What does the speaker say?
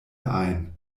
ein